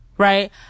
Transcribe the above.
right